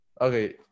okay